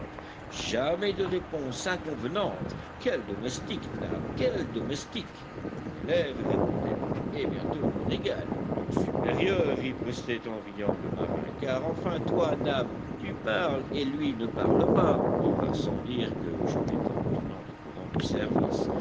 jamais de réponse inconvenante quel domestique nab quel domestique mon élève répondait nab et bientôt mon égal ton supérieur ripostait en riant le marin car enfin toi nab tu parles et lui ne parle pas il va sans dire que jup était maintenant au courant du service